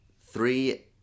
three